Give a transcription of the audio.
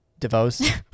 DeVos